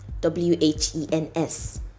w-h-e-n-s